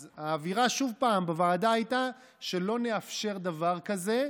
שוב, האווירה בוועדה הייתה שלא נאפשר דבר כזה,